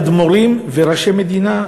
אדמו"רים וראשי מדינה,